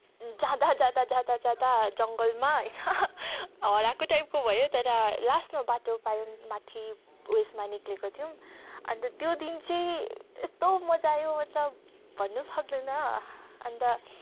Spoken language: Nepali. जाँदा जाँदा जाँदा जाँदा जङ्गलमा होइन हराएको टाइपको भयो तर लास्टमा बाटो पायौँ माथि उयेसमा निक्लेका थियौँ अन्त त्यो दिन चाहिँ यस्तो मजा आयो मतलब भन्नु सक्दैन अन्त